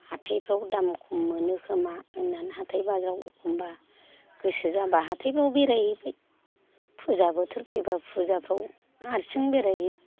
हाथाइफ्राव दाम खम मोनोखोमा होननानै हाथाइ बाजाराव एखमब्ला गोसो जाबा एबा हाथाइफ्राव बेरायहैबाय फुजा बोथोर फैबा फुजाफ्राव हारसिं बेरायहैयो